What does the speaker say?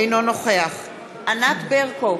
אינו נוכח ענת ברקו,